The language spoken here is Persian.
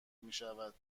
میشود